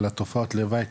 על התופעות לוואי,